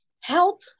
help